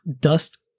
dust